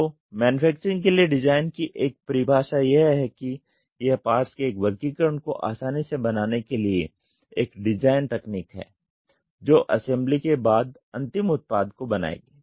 तो मैन्युफैक्चरिंग के लिए डिज़ाइन की एक परिभाषा यह है कि यह पार्ट्स के एक वर्गीकरण को आसानी से बनाने के लिए एक डिज़ाइन तकनीक है जो असेंबली के बाद अंतिम उत्पाद को बनायेगी